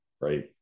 right